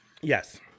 Yes